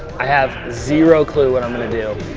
i have zero clue what i'm going to do.